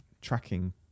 tracking